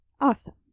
Awesome